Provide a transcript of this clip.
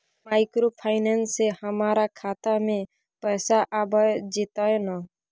Microfinance से हमारा खाता में पैसा आबय जेतै न?